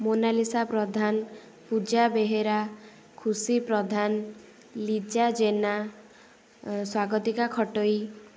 Monalisa Pradhan Puja Behera Khushi Pradhan Liza Jena Swagatika Khatoi